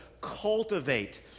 cultivate